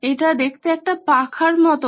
এটি দেখতে একটা পাখার মতো